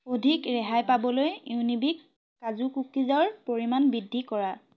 অধিক ৰেহাই পাবলৈ ইউনিবিক কাজু কুকিজৰ পৰিমাণ বৃদ্ধি কৰা